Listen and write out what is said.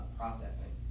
processing